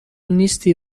نیستی